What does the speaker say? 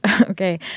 okay